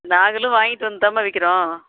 நாங்களும் வாங்கிட்டு வந்துதாம்மா விற்கிறோம்